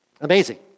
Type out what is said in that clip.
Amazing